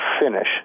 finish